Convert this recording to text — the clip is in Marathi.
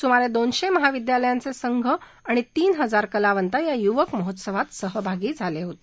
सुमारे दोनशे महाविद्यालयांचे संघ आणि तीन हजार कलावंत या युवक महोत्सवात सहभागी झाले होते